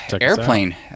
Airplane